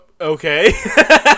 Okay